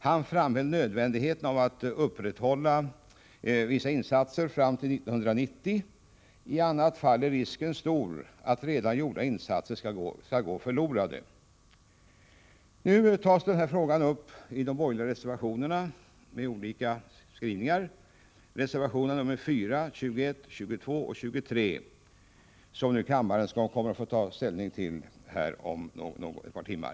Han framhöll nödvändigheten av att upprätthålla vissa insatser fram till 1990. I annat fall, sade han, är risken stor att redan gjorda insatser skall gå förlorade. Nu tas de här frågorna med olika skrivningar upp i de borgerliga reservationerna 4, 21, 22 och 23, som kammaren kommer att få ta ställning till om några timmar.